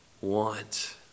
want